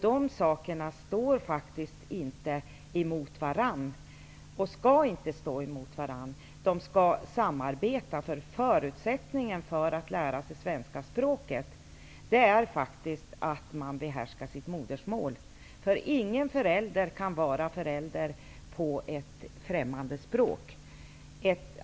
De behöver inte står emot varandra, och de skall inte stå emot varandra, utan här skall det vara ett samarbete. Förutsättningen för att lära sig det svenska språket är att man behärskar sitt modersmål. Ingen förälder kan fungera som en sådan på ett främmande språk.